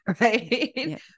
Right